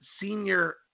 senior